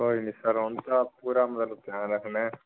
ਕੋਈ ਨਹੀਂ ਸਰ ਹੁਣ ਤਾਂ ਪੂਰਾ ਮਤਲਬ ਧਿਆਨ ਰੱਖਣਾ